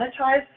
monetize